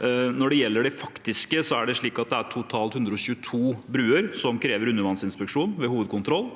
Når det gjelder det faktiske, er det totalt 122 bruer som krever undervannsinspeksjon ved hovedkontroll,